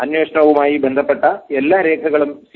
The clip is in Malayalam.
അന്വേഷണവുമായി ബന്ധപ്പെട്ട എല്ലാ രേഖകളും സി